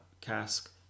cask